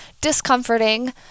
discomforting